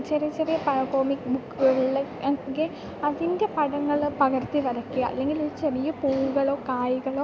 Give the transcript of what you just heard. ചെറിയ ചെറിയ പ കോമിക്ക് ബുക്കുകളിൽ ഒക്കെ അതിൻ്റെ പടങ്ങൾ പകർത്തി വരക്കുക അല്ലെങ്കിൽ ചെറിയ പൂക്കളോ കായ്കളോ